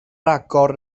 agor